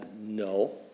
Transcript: No